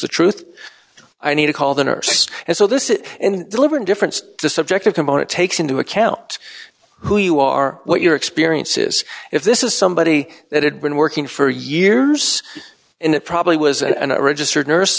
the truth i need to call the nurse and so this it and deliver indifference to subjective component takes into account who you are what your experience is if this is somebody that had been working for years and it probably was a registered nurse